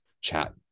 chat